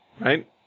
right